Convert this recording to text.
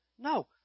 No